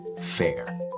FAIR